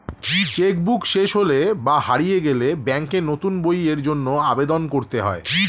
check book শেষ হলে বা হারিয়ে গেলে ব্যাঙ্কে নতুন বইয়ের জন্য আবেদন করতে হয়